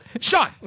Sean